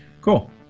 Cool